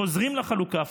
חוזרים לחלוקה,